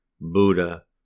Buddha